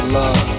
love